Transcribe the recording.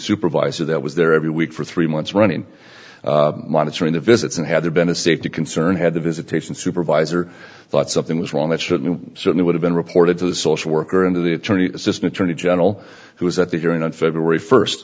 supervisor that was there every week for three months running monitoring the visits and had there been a safety concern had the visitation supervisor thought something was wrong that should know certainly would have been reported to the social worker and to the attorney assistant attorney general who was at the hearing on february first